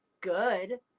good